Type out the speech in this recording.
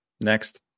Next